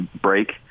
break